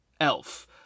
elf